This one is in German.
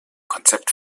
konzept